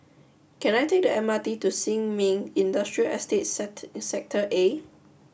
can I take the M R T to Sin Ming Industrial Estate Sector Estate Sector A